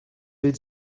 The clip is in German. will